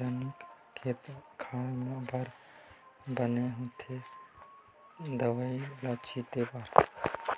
जनिक खेते खार बर बने होथे दवई ल छिते बर